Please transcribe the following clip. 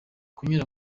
kunyura